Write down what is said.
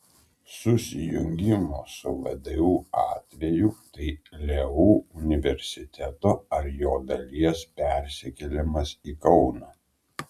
susijungimo su vdu atveju tai leu universiteto ar jo dalies persikėlimas į kauną